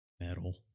Metal